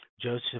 joseph